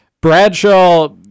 Bradshaw